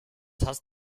hast